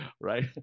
Right